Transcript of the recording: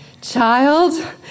child